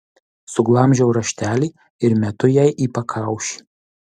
suglamžau raštelį ir metu jai į pakaušį